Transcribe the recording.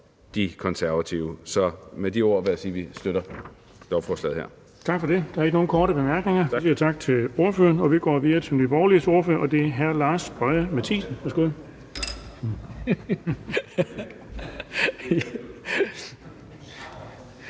De Konservative. Så med de ord vil jeg sige, at vi støtter lovforslaget. Kl. 17:11 Den fg. formand (Erling Bonnesen): Tak for det. Der er ikke nogen korte bemærkninger, så vi siger tak til ordføreren. Vi går videre til Nye Borgerliges ordfører, og det er hr. Lars Boje Mathiesen.